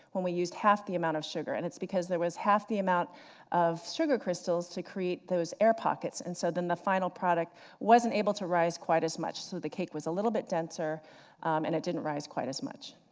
when we use half the amount of sugar. and it's because there was half the amount of sugar crystals to create those air pockets, and so then the final product was and able to rise quite as much, so the cake was a little bit denser and it didn't rise quite as much.